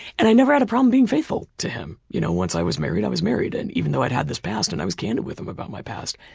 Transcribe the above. and i never had a problem being faithful to him. you know, once i was married, i was married and even though i had this past. and i was candid with him about my past.